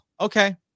okay